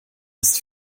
ist